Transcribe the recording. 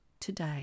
today